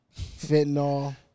Fentanyl